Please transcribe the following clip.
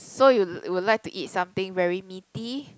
so you would like to eat something very meaty